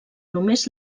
només